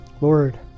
Lord